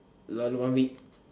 round one week